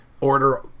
order